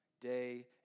day